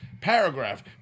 paragraph